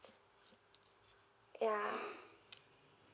yeah